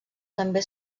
també